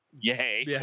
Yay